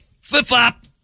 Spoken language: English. flip-flop